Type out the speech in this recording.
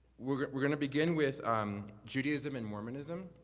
we're we're gonna begin with um judaism and mormonism.